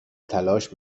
تلاش